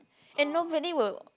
and nobody will